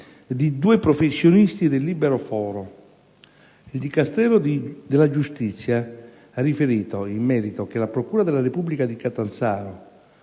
di due professionisti del libero foro. Il Dicastero della giustizia ha riferito, in merito, che la procura della Repubblica di Catanzaro